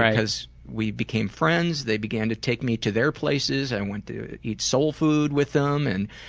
right. because we became friends. they began to take me to their places. i went to eat soul food with them, and